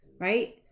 right